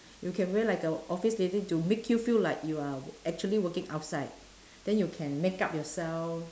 you can wear like a office lady to make you feel like you are actually working outside then you can makeup yourself